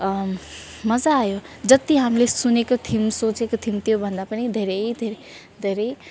मजा आयो जति हामीले सुनेको थियौँ सोचेको थियौँ त्योभन्दा पनि धेरै धेरै धेरै